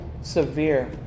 severe